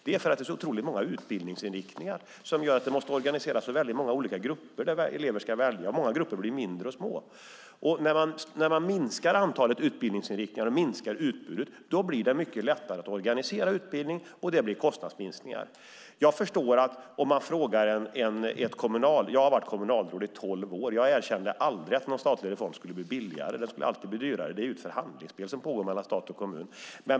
Det är för att det är så många utbildningsinriktningar som gör att det måste organiseras så väldigt många grupper som elever ska välja. Många grupper blir då små. När man minskar antalet utbildningsinriktningar och minskar utbudet blir det mycket lättare att organisera utbildningen, och det blir kostnadsminskningar. Jag har varit kommunalråd i tolv år. Jag erkände aldrig att en statlig reform skulle bli billigare; det skulle alltid bli dyrare. Det är ju ett förhandlingsspel som pågår mellan stat och kommun.